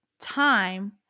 time